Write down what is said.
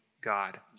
God